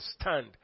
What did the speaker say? stand